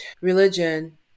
religion